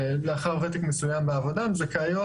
לאחר ותק מסוים בעבודה הן זכאיות